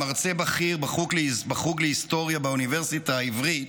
מרצה בכיר בחוג להיסטוריה באוניברסיטה העברית,